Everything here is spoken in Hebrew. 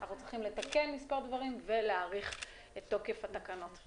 אנחנו צריכים לתקן מספר דברים ולהאריך את תוקף התקנות.